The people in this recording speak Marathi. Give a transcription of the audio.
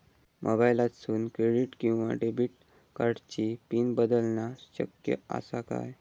मोबाईलातसून क्रेडिट किवा डेबिट कार्डची पिन बदलना शक्य आसा काय?